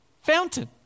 fountain